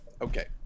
Okay